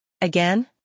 Again